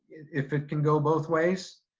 if it can go both ways,